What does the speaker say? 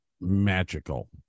magical